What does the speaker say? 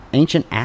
ancient